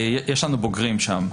יש לנו בוגרים שם,